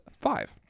five